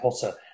Potter